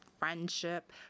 friendship